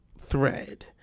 thread